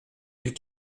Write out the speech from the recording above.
mille